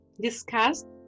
discussed